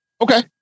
Okay